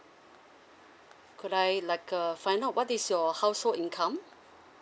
could I like uh find out what is your household income